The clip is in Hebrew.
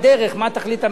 מה תחליט הממשלה,